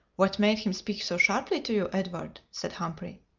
what made him speak so sharply to you, edward? said humphrey.